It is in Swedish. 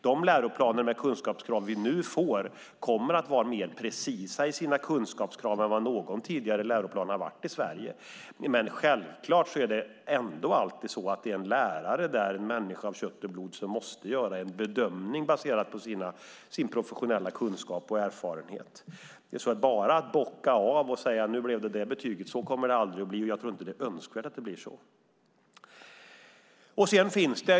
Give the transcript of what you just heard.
De läroplaner med kunskapskrav som vi nu får kommer att vara mer precisa i sina kunskapskrav än någon tidigare läroplan i Sverige, men självklart är det alltid en lärare, en människa av kött och blod, som måste göra en bedömning baserad på hans eller hennes professionella kunskap och erfarenhet. Det kommer aldrig att bli så att man bara bockar av och säger att nu blev det just det betyget, och jag tror inte heller att det är önskvärt.